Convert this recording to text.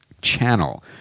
channel